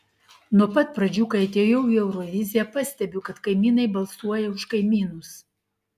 nuo pat pradžių kai atėjau į euroviziją pastebiu kad kaimynai balsuoja už kaimynus